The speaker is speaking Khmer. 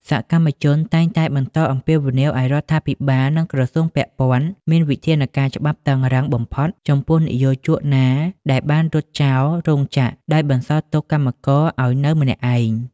សកម្មជនតែងតែបន្តអំពាវនាវឱ្យរដ្ឋាភិបាល និងក្រសួងពាក់ព័ន្ធមានវិធានការច្បាប់តឹងរ៉ឹងបំផុតចំពោះនិយោជកណាដែលបានរត់ចោលរោងចក្រដោយបន្សល់ទុកកម្មករឱ្យនៅម្នាក់ឯង។